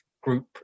group